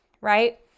right